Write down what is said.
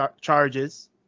charges